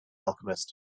alchemist